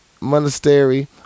Monastery